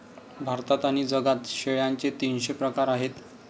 भारतात आणि जगात शेळ्यांचे तीनशे प्रकार आहेत